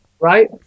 right